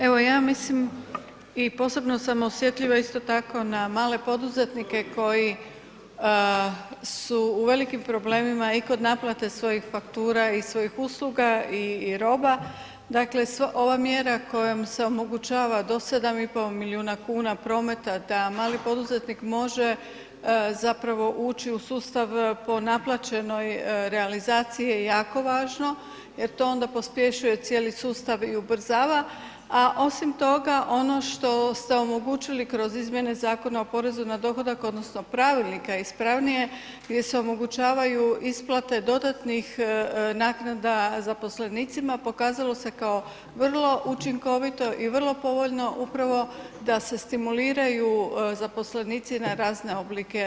Evo ja mislim i posebno sam osjetljiva isto tako na male poduzetnike koji su u velikim problemima i kod naplate svojih faktura i svojih usluga i roba dakle ova mjera kojom se omogućava do 7,5 milijuna kuna prometa a mali poduzetnik može zapravo ući u sustav po naplaćenoj realizaciji je jako važno jer to onda pospješuje cijeli sustav i ubrzava a osim toga ono što ste omogućili kroz izmjene Zakona o porezu na dohodak, odnosno pravilnika ispravnije gdje se omogućavaju isplate dodatnih naknada zaposlenicima pokazalo se kao vrlo učinkovito i vrlo povoljno upravo da se stimuliraju zaposlenici na razne oblike kroz pravilnik.